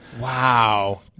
Wow